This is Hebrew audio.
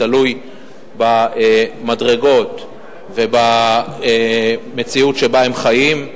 תלוי במדרגות ובמציאות שבה הן חיות.